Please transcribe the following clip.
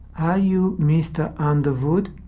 are you meester undervood,